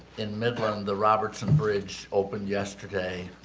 in midland the robertson bridge opened yesterday